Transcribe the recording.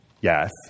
yes